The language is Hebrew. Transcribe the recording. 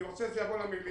אני רוצה שזה יבוא למליאה,